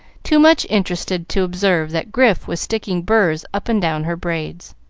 too much interested to observe that grif was sticking burrs up and down her braids.